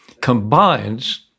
combines